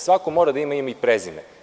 Svako mora da ima ime i prezime.